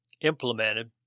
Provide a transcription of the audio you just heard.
implemented